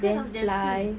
cause of the seed